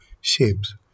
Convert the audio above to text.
shapes